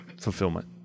fulfillment